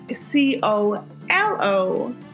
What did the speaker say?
C-O-L-O